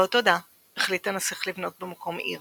לאות תודה החליט הנסיך לבנות במקום עיר